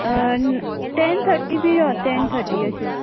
ten थटी बी यो तॅन थटी अशें